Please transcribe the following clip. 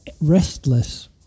Restless